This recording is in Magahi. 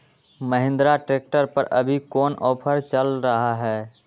महिंद्रा ट्रैक्टर पर अभी कोन ऑफर चल रहा है?